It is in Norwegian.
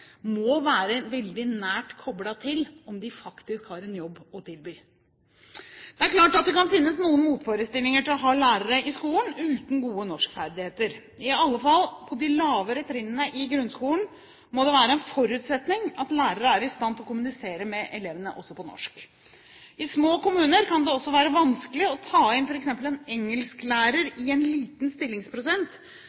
må være veldig nært koblet til om de faktisk har en jobb å tilby. Det er klart at det kan finnes noen motforestillinger til å ha lærere uten gode norskferdigheter i skolen. I alle fall på de lavere trinnene i grunnskolen må det være en forutsetning at lærerne er i stand til å kommunisere med elevene, også på norsk. I små kommuner kan det også være vanskelig å ta inn f.eks. en engelsklærer